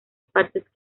partes